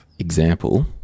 Example